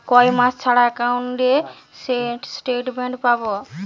কয় মাস ছাড়া একাউন্টে স্টেটমেন্ট পাব?